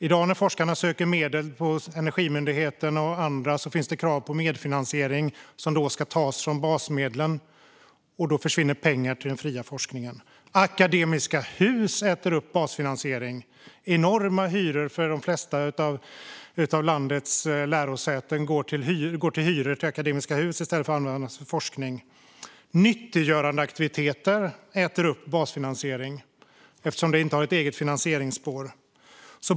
I dag när forskarna söker medel hos Energimyndigheten och andra finns det krav på medfinansiering som ska tas från basmedlen, och då försvinner pengar från den fria forskningen. För det tredje: Akademiska hus äter upp basfinansiering. Enorma summor går för de flesta av landets lärosäten till hyror till Akademiska hus i stället för till forskning. För det fjärde: Nyttiggörandeaktiviteter äter upp basfinansiering, eftersom de inte har ett eget finansieringsspår.